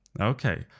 Okay